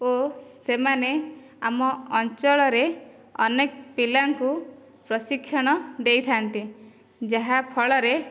ଓ ସେମାନେ ଆମ ଅଞ୍ଚଳରେ ଅନେକ ପିଲାଙ୍କୁ ପ୍ରଶିକ୍ଷଣ ଦେଇଥାନ୍ତି ଯାହା ଫଳରେ